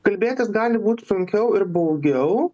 kalbėtis gali būt sunkiau ir baugiau